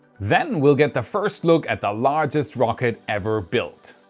then we'll get the first look at the largest rocket ever built.